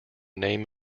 name